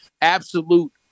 absolute